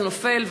זה נופל,